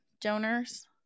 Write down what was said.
donors